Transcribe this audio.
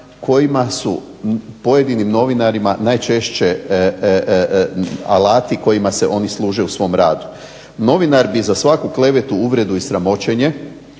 kojima su pojedinim novinarima najčešće alati kojima se oni služe u svom radu. Novinar bi za svaku klevetu, uvrede i sramoćenje